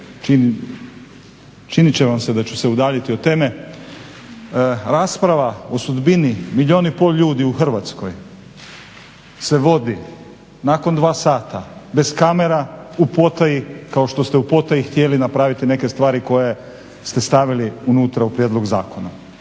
činit će vam se da ću se udaljiti od teme. Rasprava o sudbini milijun i pol ljudi u Hrvatskoj se vodi nakon 2 sata bez kamera u potaji kao što ste u potaji htjeli napraviti neke stvari koje ste stavili unutra u prijedlog zakona.